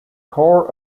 core